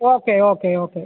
okay okay okay